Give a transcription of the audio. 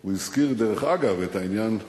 הוא הזכיר, דרך אגב, את העניין האירני.